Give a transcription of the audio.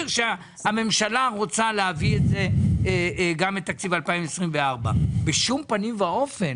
שהממשלה רוצה להביא גם את תקציב 2024. בשום פנים ואופן